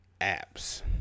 apps